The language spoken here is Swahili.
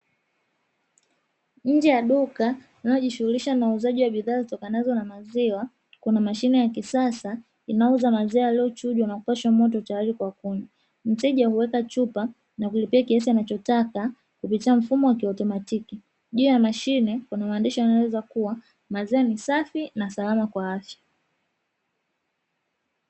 Nje ya duka linalojishughulisha na uuzaji wa bidhaa zitokanazo na maziwa kuna mashine ya kisasa inayouza maziwa yaliyochujwa na kupashwa moto tayari kwa kunywa, mteja huweka chupa na kulipia kiasi anachotaka kupitia mfumo wa kiautomatiki. Juu ya mashine kuna maandishi yanayoeleza kuwa maziwa ni safi na salama kwa afya.